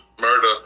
murder